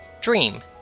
dream